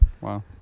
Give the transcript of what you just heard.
Wow